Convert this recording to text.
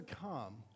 come